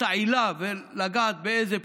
העילה לגעת באיזה פטור,